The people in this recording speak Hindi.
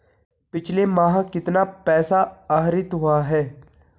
पिछले माह कितना पैसा आहरित हुआ है?